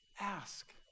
Ask